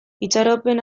itxaropen